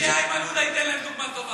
ציפיתי שאיימן עודה ייתן להם דוגמה טובה.